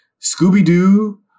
Scooby-Doo